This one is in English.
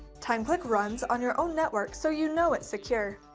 timeclick runs on your own network so you know it's secure.